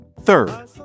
third